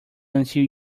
until